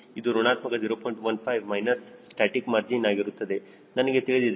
15 minus static margin ಆಗಿರುವುದು ನನಗೆ ತಿಳಿದಿದೆ